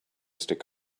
stick